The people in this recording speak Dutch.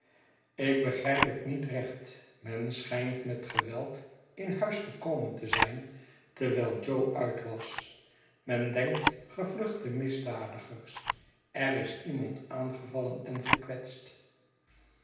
ik begrijp het niet recht men schijnt met geweld in huis gekomen te zijn terwijl jo ui was men denkt gevluchte misdadigers er is iemand aangevallen en gekwetst